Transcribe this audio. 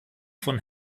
von